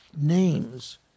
names